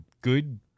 good